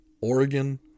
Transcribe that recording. Oregon